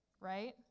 right